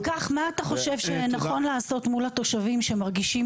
אם כך מה אתה חושב שנכון לעשות מול התושבים שמרגישים